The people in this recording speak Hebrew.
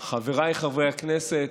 חבריי חברי הכנסת,